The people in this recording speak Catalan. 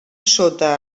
sota